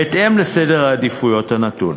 בהתאם לסדר העדיפויות הנתון.